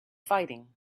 fighting